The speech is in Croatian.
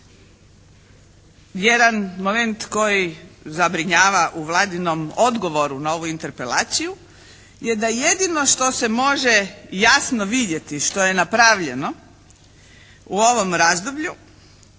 jedan moment koji zabrinjava u Vladinom odgovoru na ovu interpelaciju je da jedino što se može jasno vidjeti što je napravljeno u ovom razdoblju